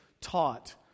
taught